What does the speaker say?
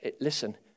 Listen